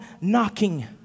knocking